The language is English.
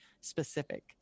specific